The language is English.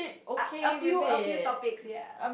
ugh a few a few topics ya